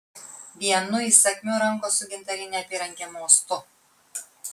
vienu įsakmiu rankos su gintarine apyranke mostu